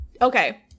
okay